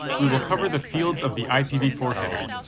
we will cover the fields of the i p v four header.